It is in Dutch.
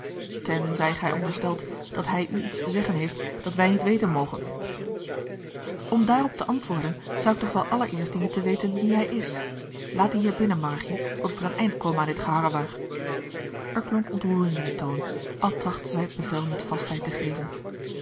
tenzij gij onderstelt dat hij u iets te zeggen heeft dat wij niet weten mogen om daarop te antwoorden zou ik toch wel allereerst dienen te weten wie hij is laat dien heer binnen marrigje opdat er een eind kome aan dit geharrewar er klonk ontroering in den toon al trachtte zij het bevel met vastheid te geven